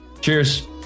cheers